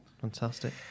fantastic